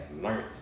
learned